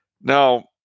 Now